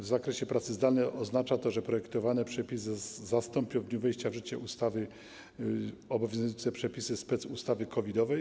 W zakresie pracy zdalnej oznacza to, że projektowane przepisy zastąpią w dniu wejścia w życie ustawy obowiązujące przepisy specustawy COVID-owej.